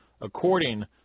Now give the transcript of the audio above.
according